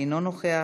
אינו נוכח,